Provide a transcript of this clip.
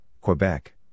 Quebec